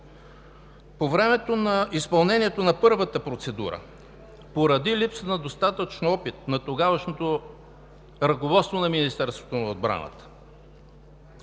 По времето на изпълнението на първата процедура, поради липса на достатъчно опит на тогавашното ръководство на Министерството на отбраната,